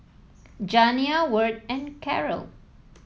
Janiah Wirt and Karyl